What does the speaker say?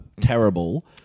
terrible